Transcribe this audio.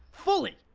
fully,